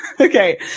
Okay